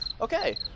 Okay